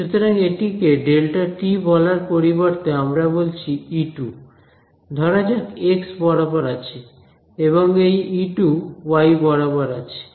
সুতরাং এটিকে Δt বলার পরিবর্তে আমরা বলছি E2 ধরা যাক এক্স বরাবর আছে এবং এই E2 ওয়াই বরাবর আছে